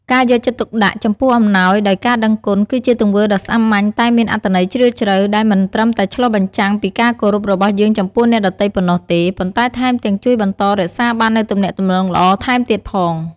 ការយកចិត្តទុកដាក់ចំពោះអំណោយដោយការដឹងគុណ គឺជាទង្វើដ៏សាមញ្ញតែមានអត្ថន័យជ្រាលជ្រៅ ដែលមិនត្រឹមតែឆ្លុះបញ្ចាំងពីការគោរពរបស់យើងចំពោះអ្នកដទៃប៉ុណ្ណោះទេ ប៉ុន្តែថែមទាំងជួយបន្តរក្សាបាននូវទំនាក់ទំនងល្អថែមទៀតផង។